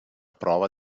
prova